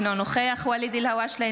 אינו נוכח ואליד אלהואשלה,